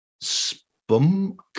Spunk